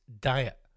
diet